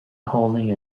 holding